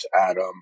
Adam